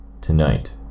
...tonight